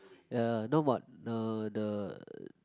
ya no but uh the